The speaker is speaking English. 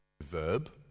verb